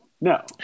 No